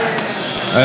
קודם כול,